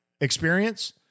experience